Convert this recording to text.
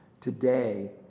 today